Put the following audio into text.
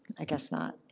i guess not.